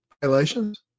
violations